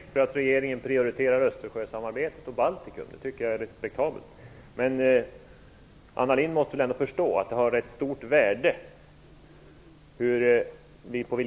Herr talman! Jag tror att alla har stor respekt för att regeringen prioriterar Östersjösamarbetet och Baltikum. Det tycker jag är respektabelt. Men Anna Lindh måste ändå förstå att